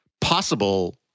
possible